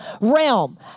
realm